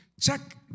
check